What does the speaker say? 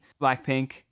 Blackpink